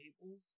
tables